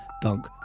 dunk